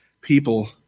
people